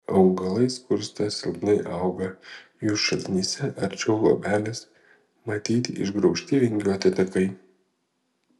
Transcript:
augalai skursta silpnai auga jų šaknyse arčiau luobelės matyti išgraužti vingiuoti takai